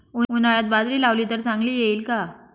उन्हाळ्यात बाजरी लावली तर चांगली येईल का?